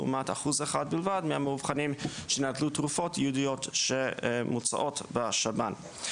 לעומת אחוז אחד בלבד מהמאובחנים שנטלו תרופות ייעודיות שמוצעות בשב"ן.